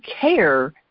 care